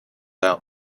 out